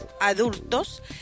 adultos